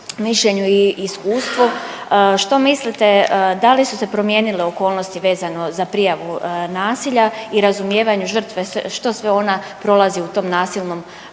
mišljenju i iskustvu što mislite da li su se promijenile okolnosti vezano za prijavu nasilja i razumijevanju žrtve što sve ona prolazi u tom nasilnom odnosu.